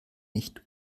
nicht